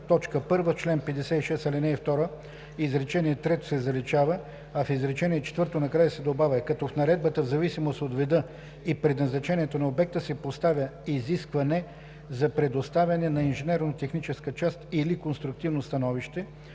1. В чл. 56, ал. 2, изречение трето се заличава, а в изречение четвърто накрая се добавя „като в наредбата, в зависимост от вида и предназначението на обекта, се поставя изискване за предоставяне на инженерно-техническа част или конструктивно становище“.